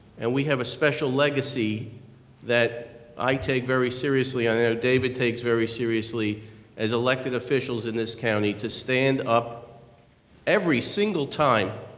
and we have a special legacy that i take very seriously and i know david takes very seriously as elected officials in this county to stand up every single time,